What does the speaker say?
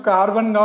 Carbon